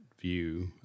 view